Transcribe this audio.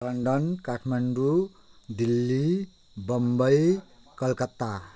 London Kathmandu Delhi Bombay Calcutta